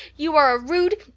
you are a rude,